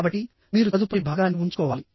కాబట్టి మీరు తదుపరి భాగాన్ని ఉంచుకోవాలి